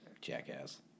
Jackass